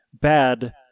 bad